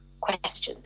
questions